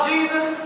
Jesus